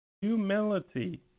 humility